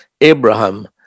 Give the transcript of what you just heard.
Abraham